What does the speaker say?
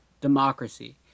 democracy